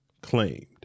claimed